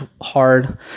hard